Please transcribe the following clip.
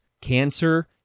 cancer